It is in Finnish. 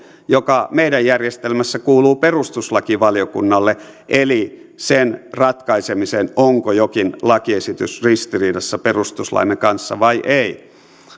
joka meidän järjestelmässämme kuuluu perustuslakivaliokunnalle eli sen ratkaisemisen onko jokin lakiesitys ristiriidassa perustuslakimme kanssa vai ei